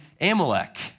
Amalek